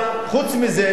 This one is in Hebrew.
חוץ מזה,